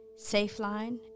Safeline